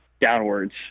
downwards